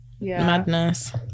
madness